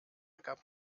gab